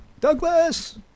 Douglas